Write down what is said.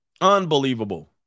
Unbelievable